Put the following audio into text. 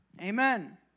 Amen